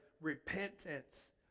repentance